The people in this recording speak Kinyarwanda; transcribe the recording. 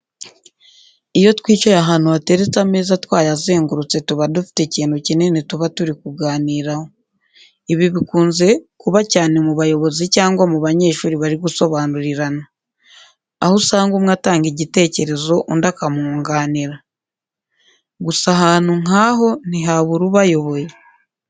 Iyo twicaye ahantu hateretse ameza twayazengurutse tuba dufite ikintu kinini tuba turi kuganiraho. Ibi bikunze Kuba cyane mubayobozi cyangwa mu banyeshuri bari gusobanurirana. Aho usanga umwe atanga igitekerezo undi akamwunganira. Gusa ahantu nk'aho ntihabura ubayoboye.